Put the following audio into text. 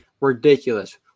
Ridiculous